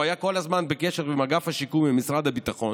הוא היה כל הזמן בקשר עם אגף השיקום במשרד הביטחון,